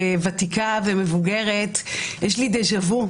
שכוותיקה וכמבוגרת יש לי דה ז'ה וו,